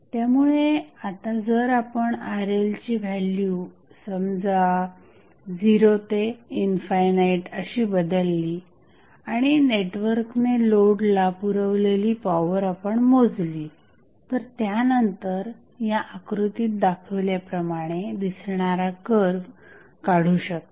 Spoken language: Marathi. त्यामुळे आता जर आपण RLची व्हॅल्यू समजा 0 ते इनफायनाईट अशी बदलली आणि नेटवर्कने लोडला पुरवलेली पॉवर आपण मोजली तर त्यानंतर या आकृतीत दाखविल्याप्रमाणे दिसणारा कर्व्ह काढू शकता